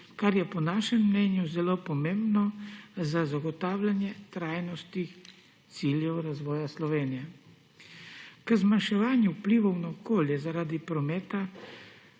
kar je po našem mnenju zelo pomembno za zagotavljanje trajnostnih ciljev razvoja Slovenije. K zmanjševanju vplivov na okolje zaradi prometa